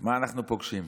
מה אנחנו פוגשים?